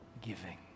giving